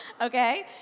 okay